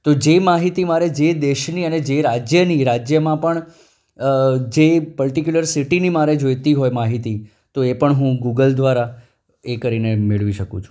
તો જે માહિતી મારે જે દેશની અને જે રાજ્યની રાજ્યમાં પણ પર્ટીક્યુલર સિટીની મારે જોઈતી હોય માહિતી તો એ પણ હું ગૂગલ દ્વારા એ કરીને મેળવી શકું છું